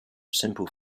simple